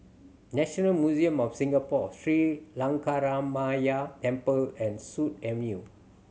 National Museum of Singapore Sri Lankaramaya Temple and Sut Avenue